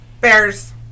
Bears